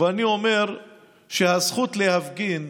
ואו להתפטר מהממשלה